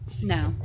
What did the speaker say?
No